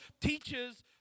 teaches